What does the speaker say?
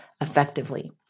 effectively